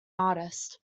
artist